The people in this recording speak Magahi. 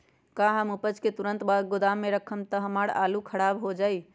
का हम उपज के तुरंत बाद गोदाम में रखम त हमार आलू खराब हो जाइ?